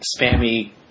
spammy